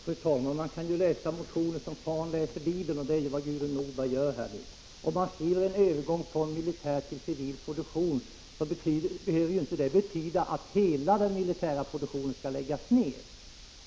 Fru talman! Man kan ju läsa motioner som fan läser Bibeln, och det är vad Gudrun Norberg gör nu. Om vi skriver ”övergång från militär till civil produktion” behöver det inte betyda att hela den militära produktionen skall läggas ned.